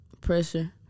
pressure